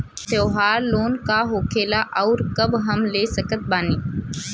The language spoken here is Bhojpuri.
त्योहार लोन का होखेला आउर कब हम ले सकत बानी?